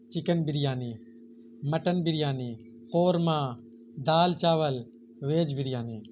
chicken biryani mutton biryani korma دال چاول veg biryani